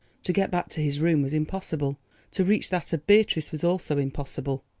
to get back to his room was impossible to reach that of beatrice was also impossible.